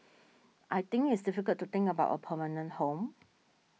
I think it's difficult to think about a permanent home